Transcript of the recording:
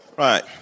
Right